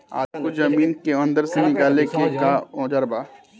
आलू को जमीन के अंदर से निकाले के का औजार बा?